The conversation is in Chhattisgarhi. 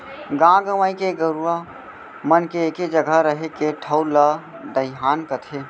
गॉंव गंवई के गरूवा मन के एके जघा रहें के ठउर ला दइहान कथें